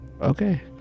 okay